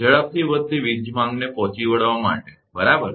ઝડપથી વધતી વીજ માંગને પહોંચી વળવા માટે બરાબર